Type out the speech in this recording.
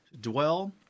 dwell